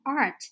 art